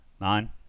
Nine